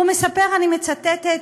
והוא מספר, אני מצטטת: